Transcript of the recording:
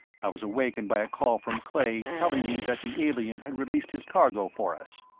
i was awakened by a call from clay telling me that the alien had released his cargo for us.